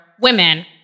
women